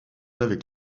avec